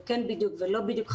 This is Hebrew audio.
וכן בדיוק ולא בדיוק חרדי.